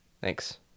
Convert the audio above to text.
thanks